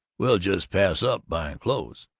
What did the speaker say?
we'll just pass up buying clothes